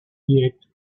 yet